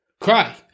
cry